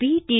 P T